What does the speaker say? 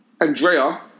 Andrea